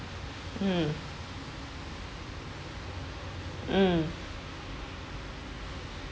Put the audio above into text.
mm mm